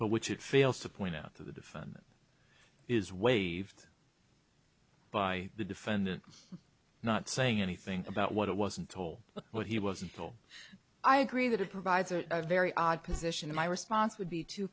but which it fails to point out that the defendant is waived by the defendant not saying anything about what it was and toll what he was until i agree that it provides a very odd position in my response would be to